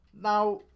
Now